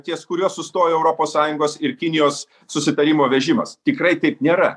ties kuriuo sustojo europos sąjungos ir kinijos susitarimo vežimas tikrai taip nėra